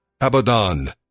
Abaddon